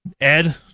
Ed